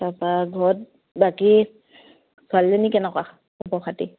তাৰপৰা ঘৰত বাকী ছোৱালীজনী কেনেকুৱা খবৰ খাতি